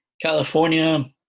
California